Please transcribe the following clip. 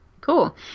cool